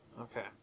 Okay